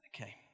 Okay